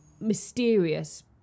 mysterious